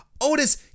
Otis